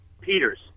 Peters